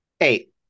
Eight